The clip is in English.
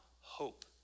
hope